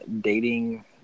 dating